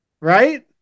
Right